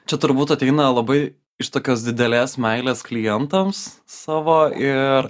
čia turbūt ateina labai iš tokios didelės meilės klientams savo ir